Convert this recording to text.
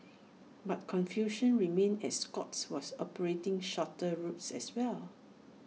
but confusion remained as Scoots was operating shorter routes as well